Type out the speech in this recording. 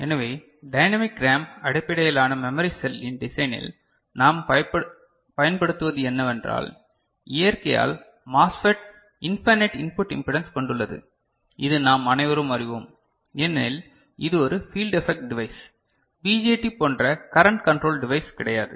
எனவே dynamic RAM அடிப்படையிலான memory செல்லின் டிசைனில் நாம் பயன்படுத்துவது என்னவென்றால் இயற்கையால் MOSFET இன்ஃபைனைட் இன்புட் இம்பிடன்ஸ் கொண்டுள்ளது இது நாம் அனைவரும் அறிவோம் ஏனெனில் இது ஒரு ஃபீல்ட் எஃபெக்ட் டிவைஸ் பிஜேடி போன்ற கரன்ட் கன்ட்ரோல்ட் டிவைஸ் கிடையாது